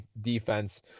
defense